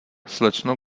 slečno